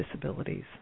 disabilities